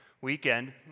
weekend